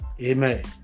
Amen